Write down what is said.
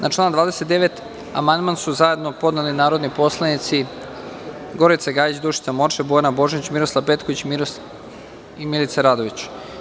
Na član 29. amandman su zajedno podneli narodni poslanici Gorica Gajić, Dušica Morčev, Bojana Božanić, Miroslav Petković i Milica Radović.